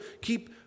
keep